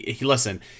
listen